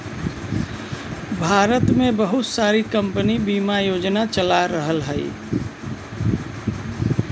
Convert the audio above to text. भारत में बहुत सारी कम्पनी बिमा योजना चला रहल हयी